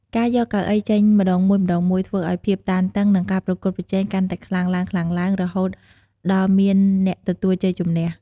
ការយកកៅអីចេញម្តងមួយៗ ធ្វើឱ្យភាពតានតឹង និងការប្រកួតប្រជែងកាន់តែខ្លាំងឡើងៗ រហូតដល់មានអ្នកទទួលជ័យជម្នះ។